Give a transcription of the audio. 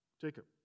Jacob